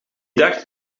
dag